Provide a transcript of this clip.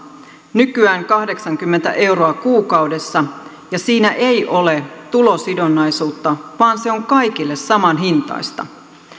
nykyään kahdeksankymmentä euroa kuukaudessa ja siinä ei ole tulosidonnaisuutta vaan se on kaikille samanhintaista